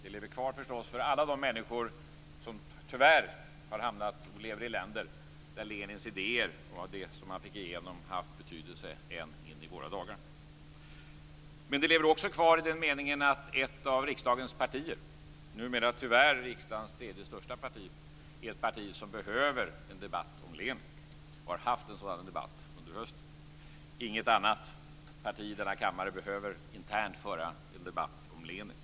Det lever förstås kvar för alla de människor som tyvärr har hamnat i länder där Lenins idéer och det som han fick igenom har haft betydelse ända in i våra dagar. Det lever också kvar i den meningen att ett av riksdagens partier, numera - tyvärr - riksdagens tredje största parti. Det är ett parti som behöver en debatt om Lenin och har haft en sådan debatt under hösten. Inget annat parti i denna kammare behöver internt föra en debatt om Lenin.